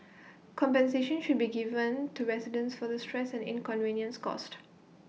compensation should be given to residents for the stress and inconvenience caused